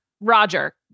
Roger